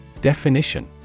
Definition